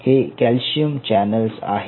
हे calcium channels आहेत